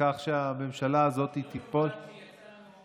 לכך שהממשלה הזאת תיפול, שיצאנו,